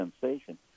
sensation